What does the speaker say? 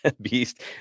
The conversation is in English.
Beast